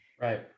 right